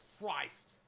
Christ